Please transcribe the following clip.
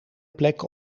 plek